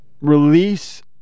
release